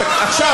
עכשיו,